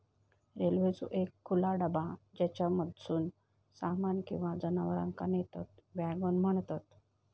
रेल्वेचो एक खुला डबा ज्येच्यामधसून सामान किंवा जनावरांका नेतत वॅगन म्हणतत